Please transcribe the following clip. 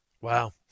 Wow